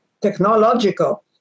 technological